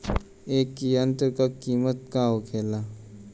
ए यंत्र का कीमत का होखेला?